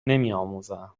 نمیآموزند